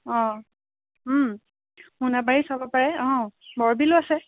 অ মোনাবাৰী চাব পাৰে অ বৰবিলো আছে